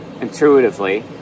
intuitively